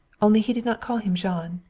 only he did not call him jean.